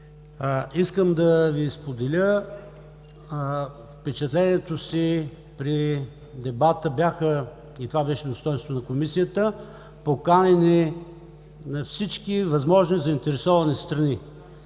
Искам да Ви споделя впечатлението си при дебата. Бяха, и това беше достойнството на Комисията, поканени всички възможни заинтересовани страни